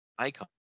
Icon